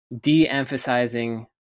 de-emphasizing